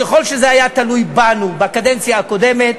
ככל שזה היה תלוי בנו בקדנציה הקודמת,